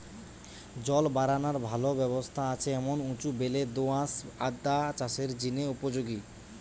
জল বারানার ভালা ব্যবস্থা আছে এমন উঁচু বেলে দো আঁশ আদা চাষের জিনে উপযোগী